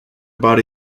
body